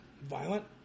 violent